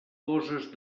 coses